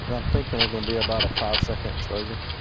but i'm thinking we're going to be about a five-second exposure.